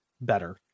better